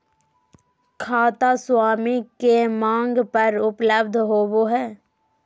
खाता स्वामी के मांग पर उपलब्ध होबो हइ